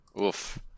Oof